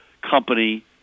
company